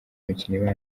imikino